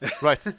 Right